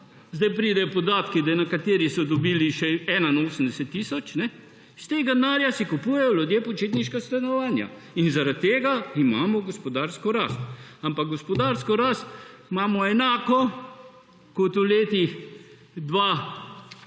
zdaj pridejo podatki, da nekateri so dobili še 81 tisoč, s tega denarja si kupujejo ljudje počitniška stanovanja in zaradi tega imamo gospodarsko rast. Ampak gospodarsko rast imamo enako kot v letih